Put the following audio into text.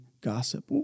gossip